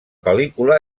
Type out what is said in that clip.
pel·lícula